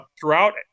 throughout